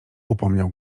upomniał